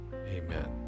Amen